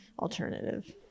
alternative